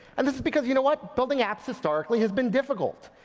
and this is because you know what? building apps historically has been difficult.